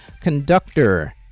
Conductor